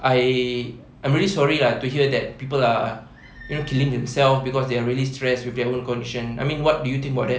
I I'm really sorry lah to hear that people are killing themselves cause they are really stress with their own condition I mean what do you think about that